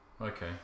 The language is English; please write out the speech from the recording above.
Okay